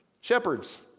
Shepherds